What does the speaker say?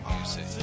music